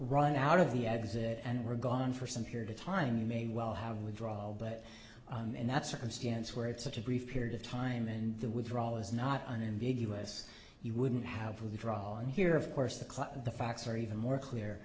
run out of the exit and were gone for some period of time you may well have withdrawal but in that circumstance where it's such a brief period of time and the withdrawal is not unambiguous you wouldn't have withdrawn here of course the clock the facts are even more clear